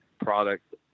product